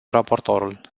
raportorul